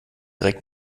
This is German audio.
direkt